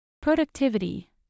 Productivity